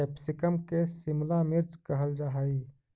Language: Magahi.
कैप्सिकम के शिमला मिर्च कहल जा हइ